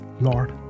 Lord